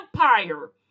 empire